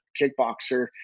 kickboxer